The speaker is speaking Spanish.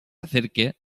acerque